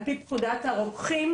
על פי פקודת הרוקחים.